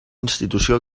institució